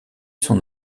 son